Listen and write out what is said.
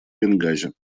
бенгази